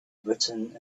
written